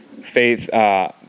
faith